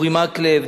אורי מקלב,